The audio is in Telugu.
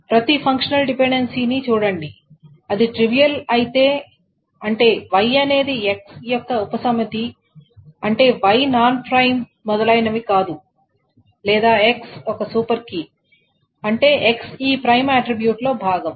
ప్రతి ఫంక్షనల్ డిపెండెన్సీ చూడండి అది ట్రివియల్ అయితే అంటే Y అనేది X యొక్క ఉపసమితి అంటే Y నాన్ ప్రైమ్ మొదలైనవి కాదు లేదా X ఒక సూపర్ కీ అంటే X ఈ ప్రైమ్ ఆట్రిబ్యూట్ లో భాగం